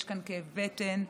יש כאן כאב בטן,